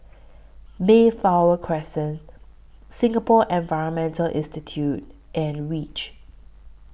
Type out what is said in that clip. Mayflower Crescent Singapore Environment Institute and REACH